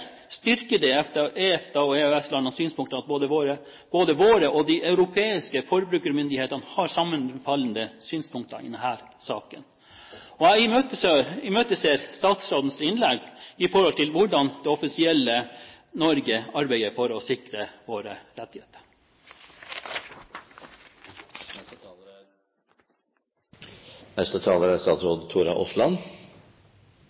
styrker det EFTA/EØS-landenes synspunkter at våre forbrukermyndigheter og de andre europeiske forbrukermyndighetene har sammenfallende synspunkter i denne saken. Jeg imøteser statsrådens innlegg med tanke på hvordan det offisielle Norge arbeider for å sikre våre rettigheter. Interpellanten tar opp viktige spørsmål, og jeg er glad for at forbrukerpolitikken settes på dagsordenen i Stortinget. Dette er